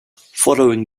following